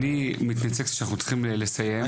אני מתנצל אבל אנחנו צריכים לסיים.